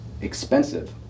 expensive